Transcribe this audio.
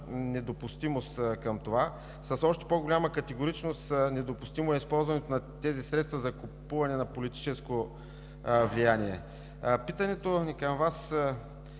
недопустимост. С още по-голяма категоричност недопустимо е използването на тези средства за купуване на политическо влияние. Питането ми към Вас,